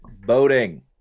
Voting